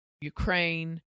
Ukraine